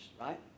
right